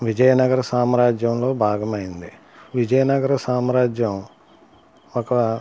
విజయనగర సామ్రాజ్యంలో భాగమైంది విజయనగరం సామ్రాజ్యం ఒక